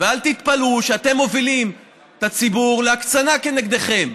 ואל תתפלאו כשאתם מובילים את הציבור להקצנה כנגדכם.